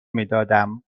میدادم